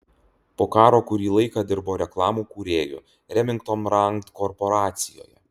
po karo kurį laiką dirbo reklamų kūrėju remington rand korporacijoje